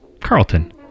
Carlton